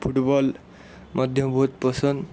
football ମଧ୍ୟ ବହୁତ ପସନ୍ଦ